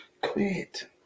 Quit